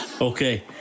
Okay